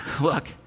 Look